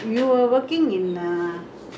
this [what] with right